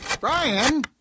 Brian